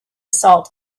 salt